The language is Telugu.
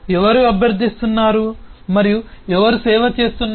ఎవరు అభ్యర్థిస్తున్నారు మరియు ఎవరు సేవ చేస్తున్నారు